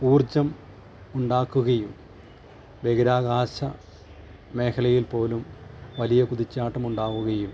ഊർജ്ജം ഉണ്ടാക്കുകയും ബഹിരാകാശ മേഖലയിൽ പോലും വലിയ കുതിച്ച് ചാട്ടമുണ്ടാവുകയും